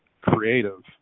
creative